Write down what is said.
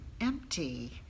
empty